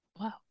wow